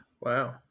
Wow